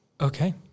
Okay